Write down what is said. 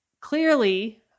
clearly